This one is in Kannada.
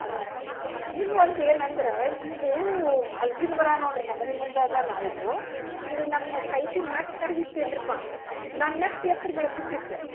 ಅದೊಂದು ಖುಶಿ ಅದ ಇನ್ವೊಂದು ಏನಂದ್ರ ಇದೂ ಹಲ್ಸಿನ ಮರ ನೋಡ್ರಿ ನಮ್ಮನೆ ಮುಂದ ಅದಲ ಇದು ಇದು ನಮ್ಮ ಸೈಟಿನ್ ನಟ್ ನಡ್ವಿ ಈತ್ತೇನ್ರಪ್ಪ ನನ್ನಷ್ಟು ಎತ್ರ ಬೆಳ್ದು ಬಿಟ್ಟಿತ್ತು